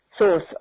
source